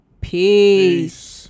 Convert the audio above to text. Peace